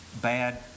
bad